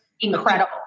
incredible